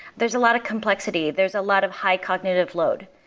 there's a lot of complexity. there's a lot of high cognitive load.